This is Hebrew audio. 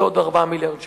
זה עוד 4 מיליארד שקל.